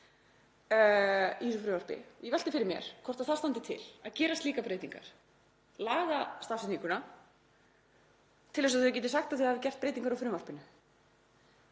í þessu frumvarpi. Ég velti fyrir mér hvort til standi að gera slíkar breytingar, laga stafsetninguna, til þess að þau geti sagt að þau hafi gert breytingar á frumvarpinu.